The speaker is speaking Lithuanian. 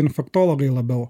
infektologai labiau